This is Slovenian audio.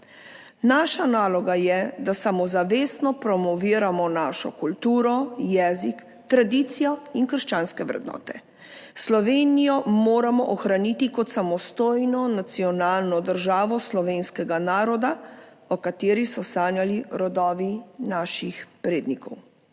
Naša naloga je, da samozavestno promoviramo našo kulturo, jezik, tradicijo in krščanske vrednote. Slovenijo moramo ohraniti kot samostojno nacionalno državo slovenskega naroda, o kateri so sanjali rodovi naših prednikov.